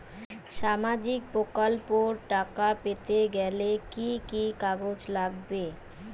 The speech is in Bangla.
সামাজিক প্রকল্পর টাকা পেতে গেলে কি কি কাগজ লাগবে?